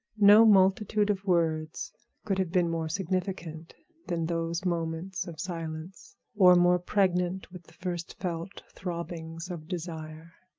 no multitude of words could have been more significant than those moments of silence, or more pregnant with the first-felt throbbings of desire.